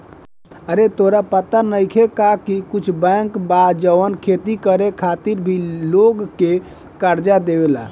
आरे तोहरा पाता नइखे का की कुछ बैंक बा जवन खेती करे खातिर भी लोग के कर्जा देवेला